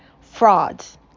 Frauds